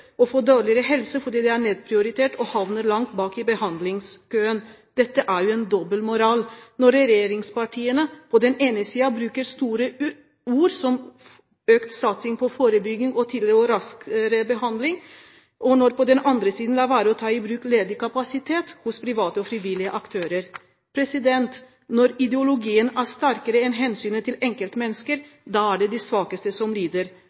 å få dårligere helse fordi de er nedprioritert og havner langt bak i behandlingskøen. Det er dobbeltmoral når regjeringspartiene på den ene siden bruker store ord som økt satsing på forebygging og tidligere og raskere behandling og på den andre siden lar være å ta i bruk ledig kapasitet hos private og frivillige aktører. Når ideologien er sterkere enn hensynet til enkeltmennesker, er det de svakeste som lider.